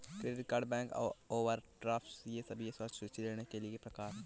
credit card bank overdraft ये सभी असुरक्षित ऋण के ही प्रकार है